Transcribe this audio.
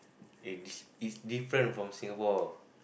it's it's different from Singapore